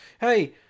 hey